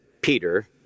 Peter